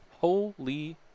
Holy